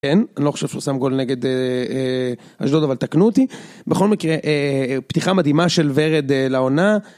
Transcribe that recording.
כן, אני לא חושב שהוא שם גול נגד אשדוד, אבל תקנו אותי. בכל מקרה, פתיחה מדהימה של ורד לעונה.